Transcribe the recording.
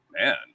Man